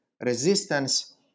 resistance